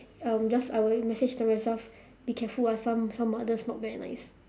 um just I will message to myself be careful ah some some others not very nice